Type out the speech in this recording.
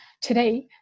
today